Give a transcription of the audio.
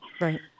Right